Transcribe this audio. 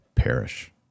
perish